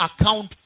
account